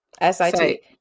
S-I-T